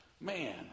Man